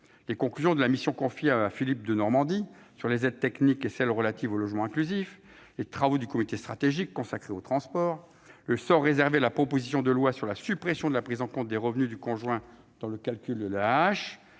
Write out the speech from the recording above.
les conclusions de la mission confiée à Philippe Denormandie sur les aides techniques et de la mission relative au logement inclusif ; les travaux du comité stratégique consacré aux transports ; le sort réservé à la proposition de loi portant suppression de la prise en compte des revenus du conjoint dans la base de calcul